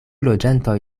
loĝantoj